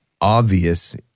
obvious